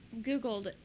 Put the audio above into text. Googled